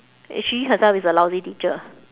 it's she herself is a lousy teacher